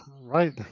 right